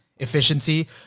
efficiency